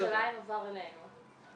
ירושלים עבר אלינו.